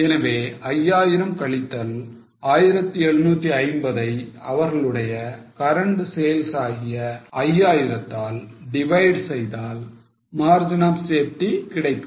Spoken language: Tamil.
எனவே 5000 கழித்தல் 1750 ஐ அவர்களுடைய current sales ஆகிய 5000 தால் divide செய்தால் margin of safety கிடைக்கும்